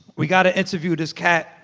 we got to interview this cat.